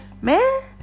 Man